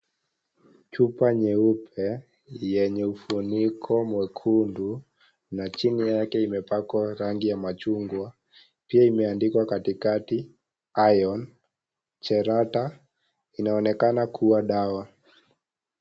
Chupa nyeupe yenye ufuniko mwekundu, na chini yake imepakwa rangi ya machungwa, imeandikwa katikati Iron chelate, inaonekana kuwa dawa.